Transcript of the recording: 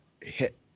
hit